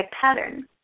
pattern